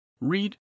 read